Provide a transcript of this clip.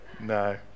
no